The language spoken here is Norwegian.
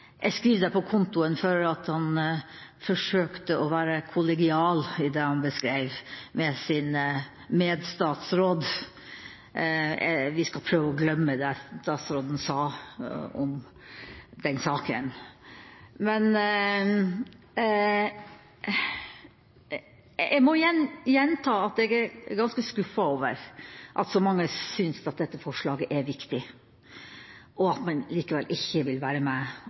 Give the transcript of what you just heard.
jeg på kontoen for at han forsøkte å være kollegial i det han beskreiv overfor sin medstatsråd. Vi skal prøve å glemme det statsråden sa om den saken. Jeg må igjen gjenta at jeg er ganske skuffet over at så mange synes dette forslaget er viktig, og at man likevel ikke vil være med